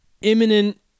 imminent